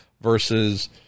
versus